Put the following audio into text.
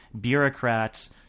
bureaucrats